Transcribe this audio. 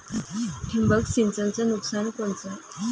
ठिबक सिंचनचं नुकसान कोनचं?